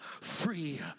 free